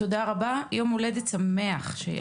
תודה רבה, יום הולדת שמח שיהיה לך.